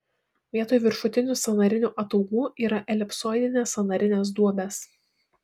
vietoj viršutinių sąnarinių ataugų yra elipsoidinės sąnarinės duobės